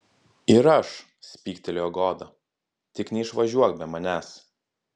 ir aš spygtelėjo goda tik neišvažiuok be manęs